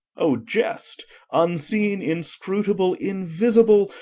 o jest unseen, inscrutable, invisible,